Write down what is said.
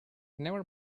never